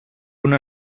una